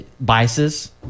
biases